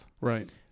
Right